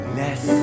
less